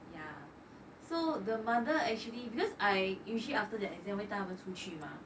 ya so the mother actually because I usually after the exam 会带他们出去吗